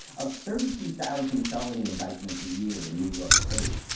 of thirty two thousand felony indictments, a year in new york state,